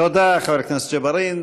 תודה, חבר הכנסת ג'בארין.